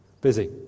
Busy